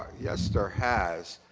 yes, there has.